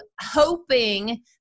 hoping